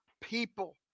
people